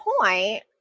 point